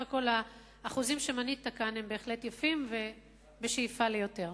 הנתונים שציינת כאן בהחלט יפים והשאיפה היא ליותר.